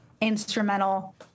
instrumental